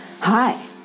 Hi